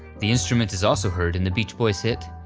the instrument is also heard in the beach boys hit,